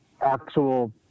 actual